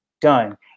done